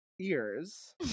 ears